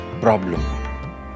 problem